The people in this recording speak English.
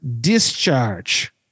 discharge